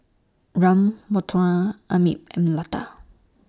Ram Manohar Amit and Lata